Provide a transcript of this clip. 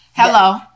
Hello